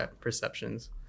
perceptions